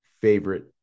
favorite